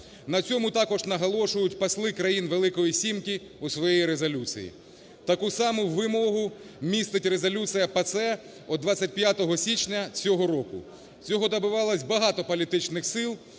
На цьому також наголошують посли країн "Великої сімки" у своїй резолюції. Таку саму вимогу містить резолюція ПАСЕ від 25 січня цього року. Цього добивалося багато політичних сил.